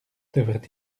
devait